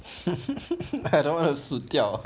I don't want to 死掉